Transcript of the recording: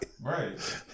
Right